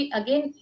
again